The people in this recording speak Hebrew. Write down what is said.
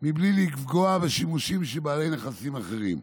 בלי לפגוע בשימושים של בעלי נכסים אחרים.